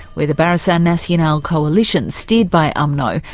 where the barisan nasional coalition, steered by umno,